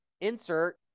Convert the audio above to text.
insert